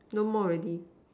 no more already